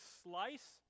slice